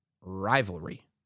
rivalry